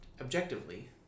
objectively